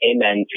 Amen